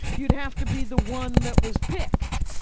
you'd have to be the one that was picked.